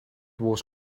was